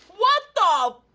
what the!